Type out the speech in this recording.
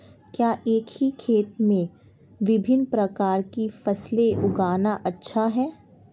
क्या एक ही खेत में विभिन्न प्रकार की फसलें उगाना अच्छा है?